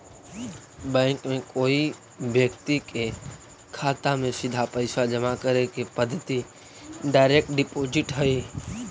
bank में कोई व्यक्ति के खाता में सीधा पैसा जमा करे के पद्धति डायरेक्ट डिपॉजिट हइ